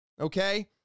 okay